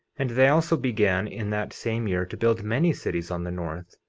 and they also began in that same year to build many cities on the north,